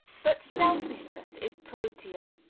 but selfishness is protean.